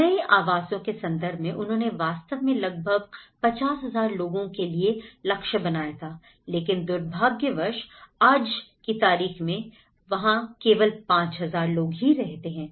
नए आवासों के संदर्भ में उन्होंने वास्तव में लगभग 50000 लोगों के लिए लक्ष्य बनाया था लेकिन दुर्भाग्यवश आज की तारीख में वहाँ केवल 5000 लोग ही रहते हैं